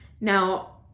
now